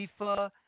FIFA